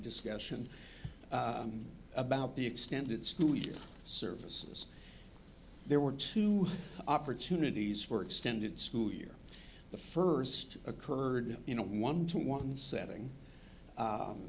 discussion about the extended school year services there were two opportunities for extended school year the first occurred in a one to one setting